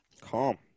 Calm